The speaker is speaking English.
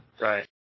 Right